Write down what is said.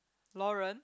Lauren